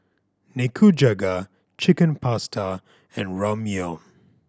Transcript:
Nikujaga Chicken Pasta and Ramyeon